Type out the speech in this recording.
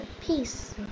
Peace